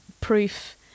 proof